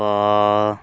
ਪਾ